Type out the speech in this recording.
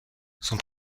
sont